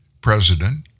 President